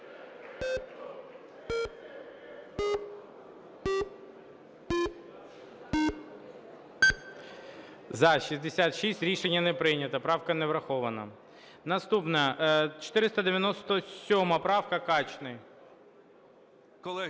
За-66 Рішення не прийнято. Правка не врахована. Наступна 497 правка, Качний.